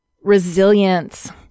Resilience